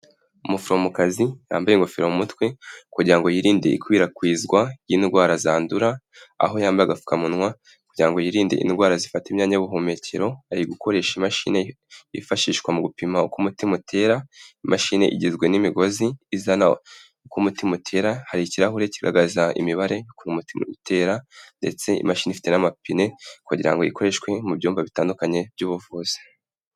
Umuforomokazi yambaye ingofero mu mutwe kugira ngo yirinde ikwirakwizwa ry'indwara zandura, aho yamba agapfukamunwa kugira ngo yirinde indwara zifata imyanya y'ubuhumekero, ari gukoresha imashini yifashishwa mu gupima ukou umutima utera, imashini igizwe n'imigozi izana uku umutima utera, hari ikirahure kigaragaza imibare uko umutima utera ndetse imashini ifite n'amapine kugira ngo ikoreshwe mu byumba bitandukanye by'ubuvuzi.